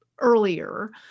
earlier